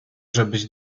żebyś